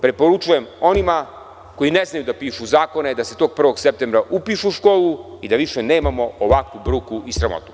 Preporučujem onima koji ne znaju da pišu zakone da se tog prvog septembra upišu u školu i da više nemamo ovakvu bruku i sramotu.